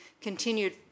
continued